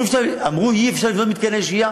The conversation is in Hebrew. אמרו שאי-אפשר לבנות מתקני שהייה,